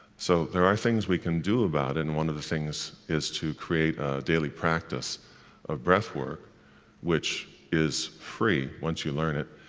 so, there are things we can do about it, and one of the things is to create a daily practice of breath-work which is free, once you learn it,